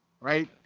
Right